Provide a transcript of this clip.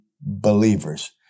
believers